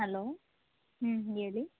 hello ಹ್ಞೂ ಹೇಳಿ